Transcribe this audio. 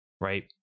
right